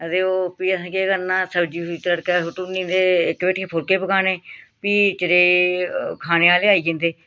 ते ओह् फ्ही असें केह् करना सब्ज़ी तड़कै सुट्टी उड़नी ते इक भेठियै फुलके पकाने फ्ही इन्ने चिरें खाने आह्लें आई जंदे